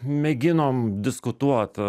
mėginom diskutuot